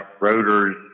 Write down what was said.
rotors